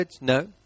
No